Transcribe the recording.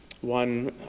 one